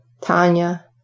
Tanya